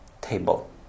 table